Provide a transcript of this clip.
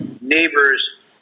neighbors